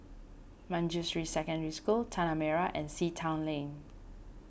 Manjusri Secondary School Tanah Merah and Sea Town Lane